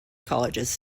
colleges